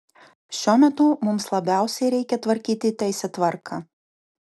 šiuo metu mums labiausiai reikia tvarkyti teisėtvarką